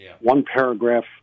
one-paragraph